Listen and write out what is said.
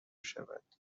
شود